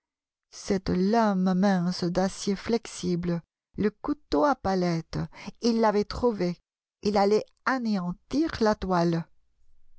cette lame mince d'acier flexible le couteau à palette il l'avait trouvé il allait anéantir la toile